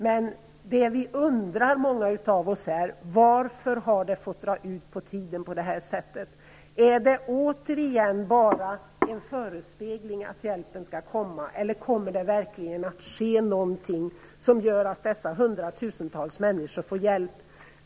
Men det många av oss undrar är varför det har fått dra ut på tiden på det här sättet. Är det återigen bara en förespegling om att hjälpen skall komma, eller kommer det verkligen att ske någonting som gör att dessa hundratusentals människor får hjälp?